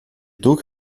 took